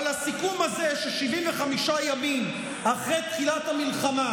אבל הסיכום הזה ש-75 ימים אחרי תחילת המלחמה